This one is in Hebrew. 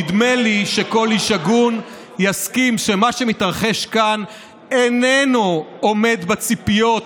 נדמה לי שכל איש הגון יסכים שמה שמתרחש כאן איננו עומד בציפיות